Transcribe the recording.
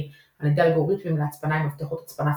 על ידי אלגוריתמים להצפנה עם מפתחות הצפנה סודיים.